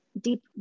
deep